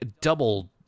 double